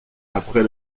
après